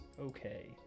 okay